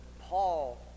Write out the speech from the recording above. Paul